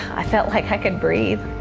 i felt like i could breathe.